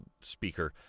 speaker